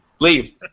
Leave